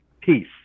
peace